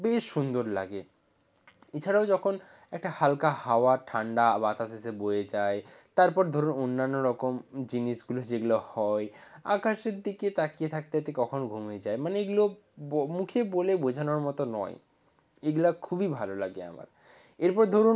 বেশ সুন্দর লাগে এছাড়াও যখন একটা হালকা হাওয়া ঠান্ডা বাতাস এসে বয়ে যায় তারপর ধরুন অন্যান্য রকম জিনিসগুলো যেগুলো হয় আকাশের দিকে তাকিয়ে থাকতে থাকতে কখন ঘুমিয়ে যায় মানে এগুলো মুখে বলে বোঝানোর মতো নয় এগুলা খুবই ভালো লাগে আমার এরপর ধরুন